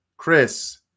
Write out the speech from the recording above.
Chris